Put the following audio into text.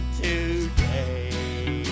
today